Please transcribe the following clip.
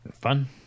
Fun